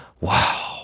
wow